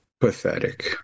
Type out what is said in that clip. pathetic